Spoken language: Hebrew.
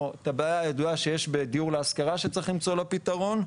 או את הבעיה הידועה שיש בדיור להשכרה שצריך למצוא לו פתרון,